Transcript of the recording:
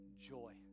joy